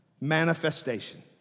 manifestation